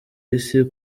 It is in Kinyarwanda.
isi